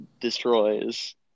destroys